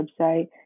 website